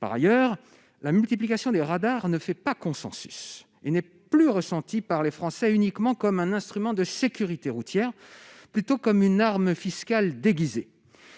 par ailleurs, la multiplication des radars ne fait pas consensus et n'est plus ressentie par les Français uniquement comme un instrument de sécurité routière plutôt comme une arme fiscale déguisée,